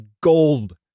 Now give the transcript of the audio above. gold